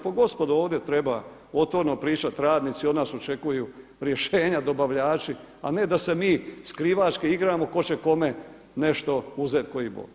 Pa gospodo ovdje treba otvoreno pričati, radnici od nas očekuju rješenja, dobavljači a ne da se mi skrivački igramo tko će kome nešto uzeti koji